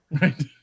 Right